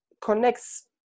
connects